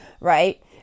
right